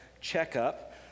Checkup